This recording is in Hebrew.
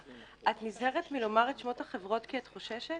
את נזהרת מלומר את שמות החברות כי את חוששת?